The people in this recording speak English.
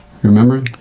Remember